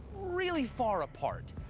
really far apart.